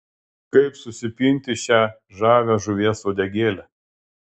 kaip susipinti šią žavią žuvies uodegėlę